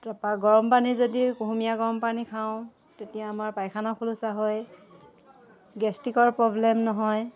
তাৰপৰা গৰম পানী যদি কুহুমীয়া গৰম পানী খাওঁ তেতিয়া আমাৰ পায়খানাও খোলোচা হয় গেষ্ট্ৰিকৰ প্ৰব্লেম নহয়